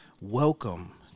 Welcome